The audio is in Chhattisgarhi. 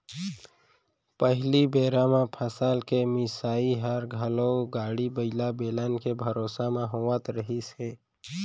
पहिली बेरा म फसल के मिंसाई हर घलौ गाड़ी बइला, बेलन के भरोसा म होवत रहिस हे